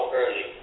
early